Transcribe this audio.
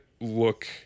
look